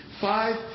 five